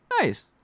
Nice